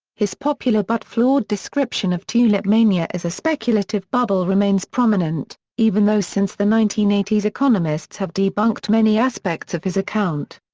his popular but flawed description of tulip mania as a speculative bubble remains prominent, even though since the nineteen eighty s economists have debunked many aspects of his account.